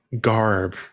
garb